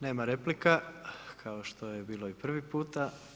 Nema replika kao što je bilo i prvi puta.